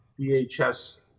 VHS